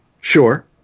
Sure